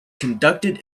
conducted